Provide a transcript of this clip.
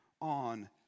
on